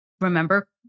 remember